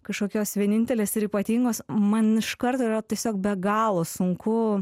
kažkokios vienintelės ir ypatingos man iš karto yra tiesiog be galo sunku